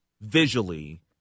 visually